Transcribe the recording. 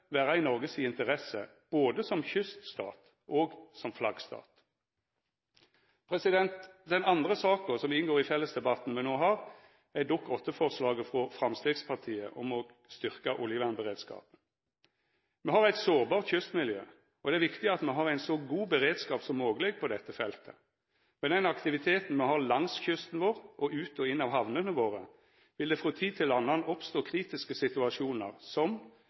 vera i Noreg si interesse, både som kyststat og som flaggstat. Den andre saka som inngår i fellesdebatten me no har, er Dokument nr. 8-forslaget frå Framstegspartiet om å styrkja oljevernberedskapen. Me har eit sårbart kystmiljø, og det er viktig at me har ein så god beredskap som mogleg på dette feltet. Med den aktiviteten me har langs kysten vår og ut og inn av hamnene våre, vil det frå tid til anna oppstå kritiske situasjonar som,